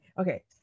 okay